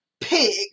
pig